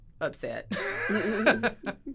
upset